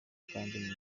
kandi